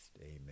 Amen